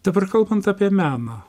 dabar kalbant apie meną